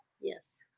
yes